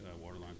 waterline